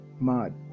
mad